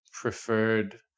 preferred